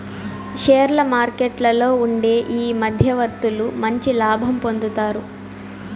షేర్ల మార్కెట్లలో ఉండే ఈ మధ్యవర్తులు మంచి లాభం పొందుతారు